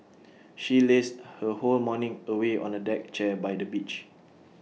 she lazed her whole morning away on A deck chair by the beach